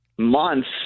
months